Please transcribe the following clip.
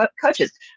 coaches